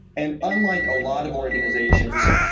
and unlike a lot of organizations,